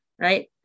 right